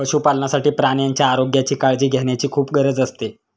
पशुपालनासाठी प्राण्यांच्या आरोग्याची काळजी घेण्याची खूप गरज असते